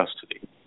custody